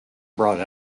brought